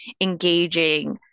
engaging